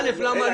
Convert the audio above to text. אל"ף, למה לא?